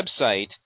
website